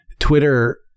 Twitter